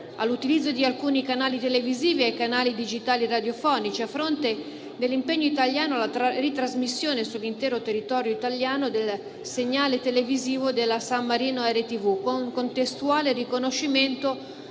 all'utilizzo di alcuni canali televisivi e ai canali digitali radiofonici, a fronte dell'impegno italiano alla ritrasmissione sull'intero territorio italiano del segnale televisivo della San Marino RTV, con contestuale riconoscimento